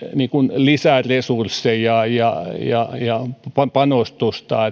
lisäresursseja ja panostusta